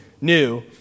new